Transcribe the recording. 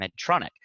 Medtronic